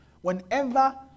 Whenever